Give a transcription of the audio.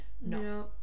no